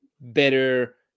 better